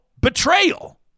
betrayal